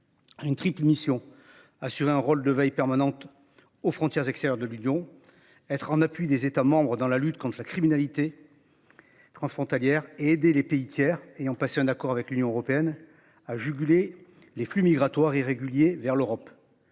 Une triple mission, assurer un rôle de veille permanente aux frontières extérieures de l'Union. Être en appui des États, dans la lutte contre la criminalité. Transfrontalière et aider les pays tiers et ont passé un accord avec l'Union européenne à juguler les flux migratoires irréguliers vers l'Europe.